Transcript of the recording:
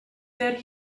that